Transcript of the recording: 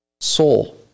soul